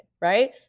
right